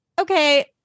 okay